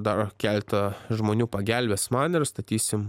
dar keletą žmonių pagelbės man ir statysim